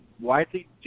widely